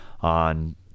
on